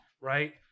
right